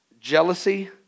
jealousy